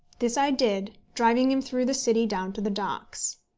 this i did, driving him through the city down to the docks.